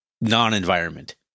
non-environment